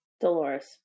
Dolores